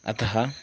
अतः